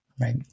right